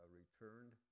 returned